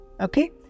Okay